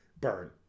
Burn